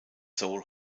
soul